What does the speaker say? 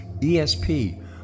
ESP